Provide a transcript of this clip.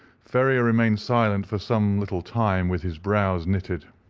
ferrier remained silent for some little time with his brows knitted.